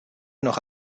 noch